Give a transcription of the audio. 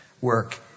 work